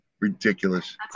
Ridiculous